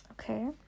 Okay